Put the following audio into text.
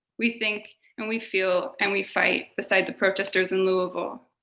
we think and we feel and we fight beside the protesters in louisville.